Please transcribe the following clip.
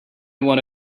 want